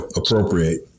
appropriate